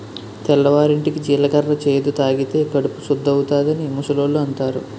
తెల్లవారింటికి జీలకర్ర చేదు తాగితే కడుపు సుద్దవుతాదని ముసలోళ్ళు అంతారు